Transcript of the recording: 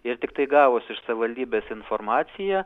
ir tiktai gavus iš savivaldybės informaciją